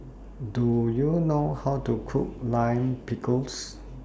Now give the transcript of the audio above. Do YOU know How to Cook Lime Pickle